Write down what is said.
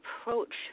approach